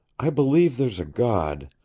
i believe there's a god,